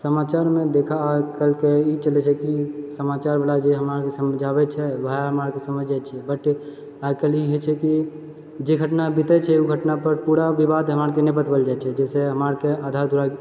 समाचारमे देखए आइकाल्हिके ई चलै छै की समाचार वला जे हमरा आरके जे समझाबै छै ओएह हमरा आरके समझि जाइ छियै बट आइकाल्हि ई होइ छै कि जे घटना बितै छै ओ घटना पर पूरा विवाद हमरा आरके नहि बताओल जाइ छै जैसे हमरा आरके आधा अधूरा